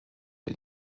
bin